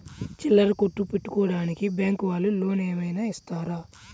చిల్లర కొట్టు పెట్టుకోడానికి బ్యాంకు వాళ్ళు లోన్ ఏమైనా ఇస్తారా?